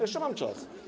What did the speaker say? Jeszcze mam czas.